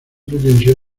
pretensión